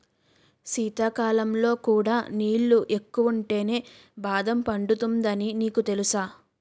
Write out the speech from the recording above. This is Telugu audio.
శీతాకాలంలో కూడా నీళ్ళు ఎక్కువుంటేనే బాదం పండుతుందని నీకు తెలుసా?